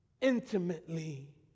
intimately